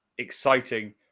exciting